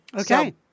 Okay